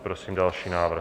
Prosím další návrh.